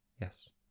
yes